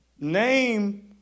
Name